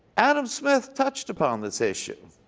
adam smith touched upon this issue.